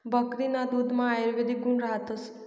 बकरीना दुधमा आयुर्वेदिक गुण रातस